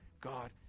God